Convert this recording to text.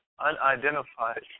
unidentified